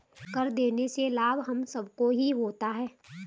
कर देने से लाभ हम सबको ही होता है